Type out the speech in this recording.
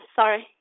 sorry